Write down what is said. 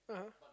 (uh huh)